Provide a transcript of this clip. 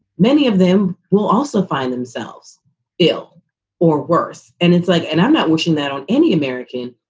many of them will also find themselves ill or worse. and it's like and i'm not wishing that on any american,